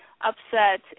upset